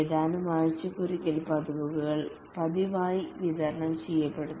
ഏതാനും ആഴ്ചയിലൊരിക്കൽ പതിപ്പുകൾ പതിവായി വിതരണം ചെയ്യപ്പെടുന്നു